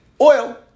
oil